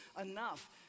enough